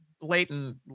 blatant